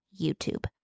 YouTube